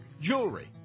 jewelry